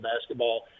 basketball